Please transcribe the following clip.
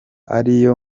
ariyo